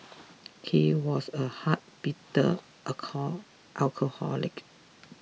he was a hard bitter alcohol alcoholic